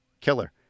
killer